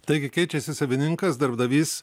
taigi keičiasi savininkas darbdavys